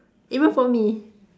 even for me